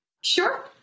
Sure